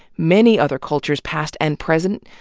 many other cultures, past and present,